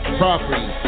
property